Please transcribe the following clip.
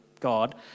God